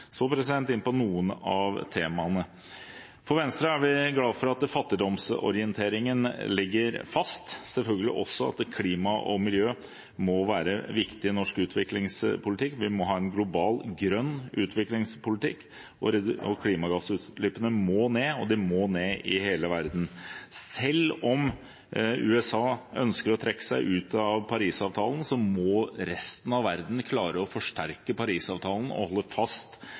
Så inn på noen av temaene: I Venstre er vi glad for at fattigdomsorienteringen ligger fast, og selvfølgelig også at klima og miljø må være viktig i norsk utviklingspolitikk. Vi må ha en global grønn utviklingspolitikk, og klimagassutslippene må ned, og de må ned i hele verden. Selv om USA ønsker å trekke seg ut av Paris-avtalen, må resten av verden klare å forsterke Paris-avtalen og holde fast